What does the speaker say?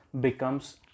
becomes